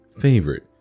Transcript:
favorite